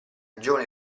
giovane